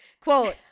Quote